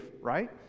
right